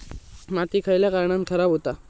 माती खयल्या कारणान खराब हुता?